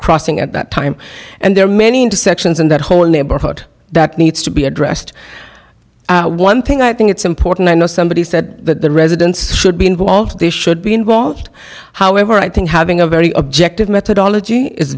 crossing at that time and there are many intersections in that whole neighborhood that needs to be addressed one thing i think it's important i know somebody said that the residents should be involved they should be involved however i think having a very objective methodology is